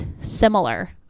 similar